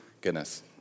goodness